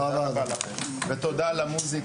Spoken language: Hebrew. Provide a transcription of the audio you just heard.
הישיבה ננעלה בשעה 10:57.